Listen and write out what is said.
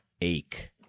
ache